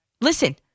Listen